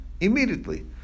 immediately